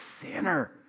sinner